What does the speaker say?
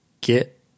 get